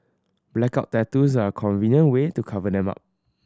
blackout tattoos are a convenient way to cover them up